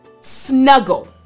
snuggle